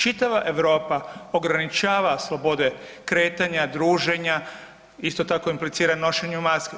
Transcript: Čitava Europa ograničava slobode kretanja, druženja, isto tako implicira nošenju maske.